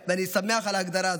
לישראל, ואני שמח על ההגדרה הזאת.